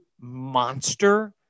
monster